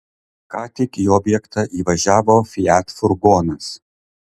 ką tik į objektą įvažiavo fiat furgonas